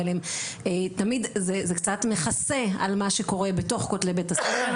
אבל זה תמיד קצת מכסה על מה שקורה בתוך כתלי בית הספר.